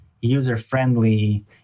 user-friendly